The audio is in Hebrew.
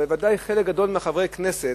בוודאי חלק גדול מחברי הכנסת,